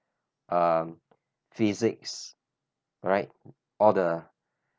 um physics right or the